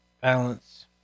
balance